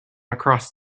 across